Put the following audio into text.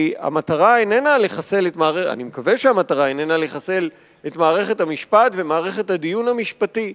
אני מקווה שהמטרה איננה לחסל את מערכת המשפט ומערכת הדיון המשפטי.